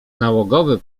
nałogowy